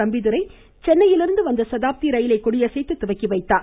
தம்பிதுரை சென்னையிலிருந்து வந்த சதாப்தி ரயிலை கொடியசைத்து துவக்கி வைத்தார்